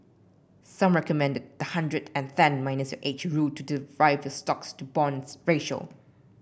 some recommend the hundred and ten minus your age rule to derive your stocks to bonds ratio